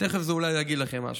תכף זה אולי יגיד לכם משהו.